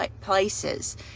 places